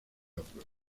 otros